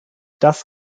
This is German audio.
das